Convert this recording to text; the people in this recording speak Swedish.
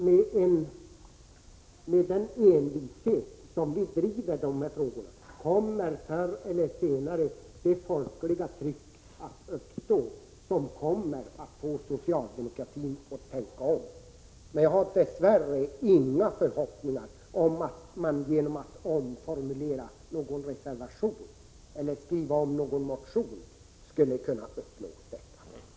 Men med den envishet som vi driver dessa frågor kommer det förr eller senare att uppstå ett folkligt tryck som gör att socialdemokraterna får tänka om. Jag har dess värre inga förhoppningar om att vi genom att omformulera någon reservation eller skriva om någon motion skall kunna åstadkomma det.